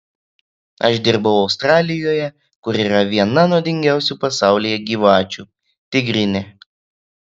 aš dirbau australijoje kur yra viena nuodingiausių pasaulyje gyvačių tigrinė